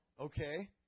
okay